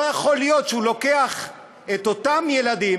לא יכול להיות שהוא לוקח את אותם ילדים,